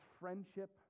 friendship